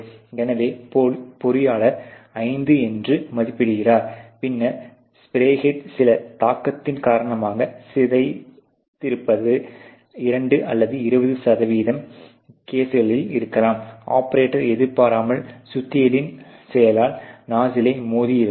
எனவே பொறியாளர் 5 என்று மதிப்பிடுகிறார் பின்னர் ஸ்ப்ரே ஹெட் சில தாக்கத்தின் காரணமாக சிதைந்திருப்பது 2 அல்லது 20 சதவிகிதம் கேஸ்களில் இருக்கலாம் ஆபரேட்டர் எதிர்பாராமல் சுத்தியலின் செயலால் நாஸ்சிலை மோதி இருக்கலாம்